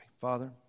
Father